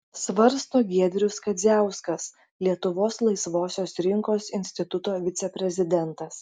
svarsto giedrius kadziauskas lietuvos laisvosios rinkos instituto viceprezidentas